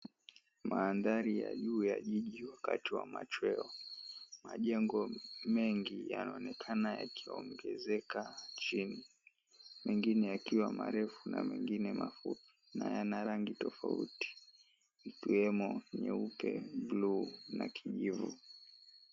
Mandhari ya juu ya jiji wakati wa machweo. Majengo mengi yanaonekana yakiongezeka chini. Mengine yakiwa marefu na mengine mafupi na yana rangi tofauti ikiwemo nyeupe, bluu na kijivu.